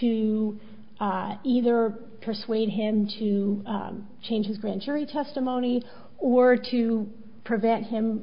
to either persuade him to change his grand jury testimony or to prevent him